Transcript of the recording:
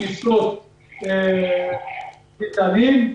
טיסות מטענים,